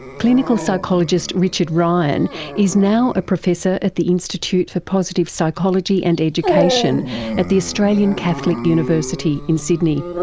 clinical psychologist richard ryan is now a professor at the institute for positive psychology and education at the australian catholic university in sydney.